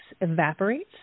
evaporates